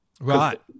Right